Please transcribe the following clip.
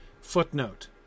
Footnote